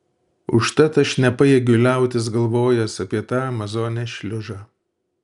užtat aš nepajėgiu liautis galvojęs apie tą amazonės šliužą